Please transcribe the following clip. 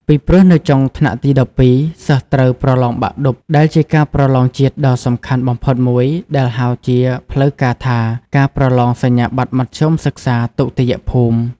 ពីព្រោះនៅចុងថ្នាក់ទី១២ សិស្សត្រូវប្រឡងបាក់ឌុប ដែលជាការប្រឡងជាតិដ៏សំខាន់បំផុតមួយ ដែលហៅជាផ្លូវការថាការប្រឡងសញ្ញាបត្រមធ្យមសិក្សាទុតិយភូមិ។